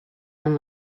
and